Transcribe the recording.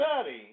study